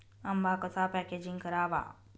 आंबा कसा पॅकेजिंग करावा?